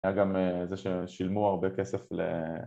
היה גם זה ששילמו הרבה כסף ל...